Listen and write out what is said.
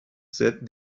set